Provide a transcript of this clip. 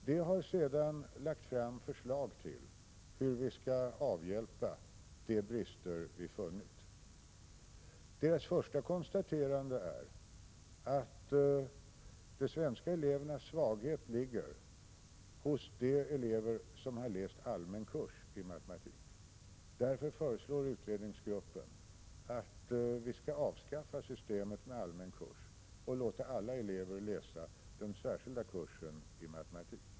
De har sedan lagt fram förslag till hur vi skall avhjälpa de brister vi funnit. Deras första konstaterande är att de svenska elevernas svaghet ligger hos de elever som har läst allmän kurs i matematik. Därför föreslår utredningsgruppen att vi skall avskaffa systemet med allmän kurs och låta alla elever läsa den särskilda kursen i matematik.